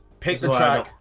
pick the bag.